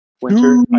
winter